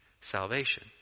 Salvation